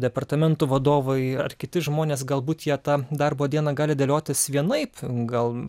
departamentų vadovai ar kiti žmonės galbūt jie tą darbo dieną gali dėliotis vienaip gal